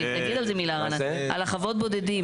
רענן, תגיד על זה מילה, על חוות הבודדים.